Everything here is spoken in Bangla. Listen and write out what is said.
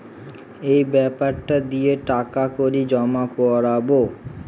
এই বেপারটা দিয়ে টাকা কড়ি জমা করাবো